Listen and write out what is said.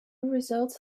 results